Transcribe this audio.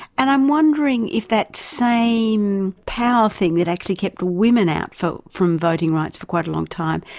and i'm wondering if that same power thing that actually kept women out so from voting rights for quite a long time,